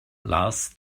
lars